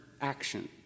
action